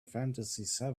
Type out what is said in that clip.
fantasy